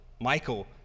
Michael